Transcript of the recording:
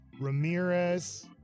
Ramirez